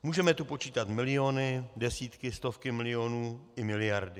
Můžeme tu počítat miliony, desítky, stovky milionů, i miliardy.